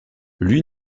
lui